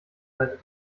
seite